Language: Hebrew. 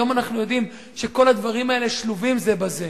היום אנחנו יודעים שכל הדברים האלה שלובים זה בזה.